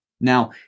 Now